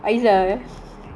but then I never eat the ayam